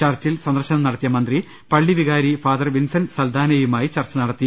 ചർച്ചിൽ സന്ദർശനം നടത്തിയ മന്ത്രി പള്ളി വികാരി ഫാദർ വിൻസന്റ് സൽദാനയുമായി ചർച്ച നടത്തി